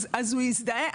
אז הוא יזדהה,